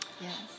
Yes